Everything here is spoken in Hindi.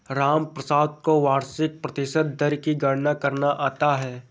रामप्रसाद को वार्षिक प्रतिशत दर की गणना करना आता है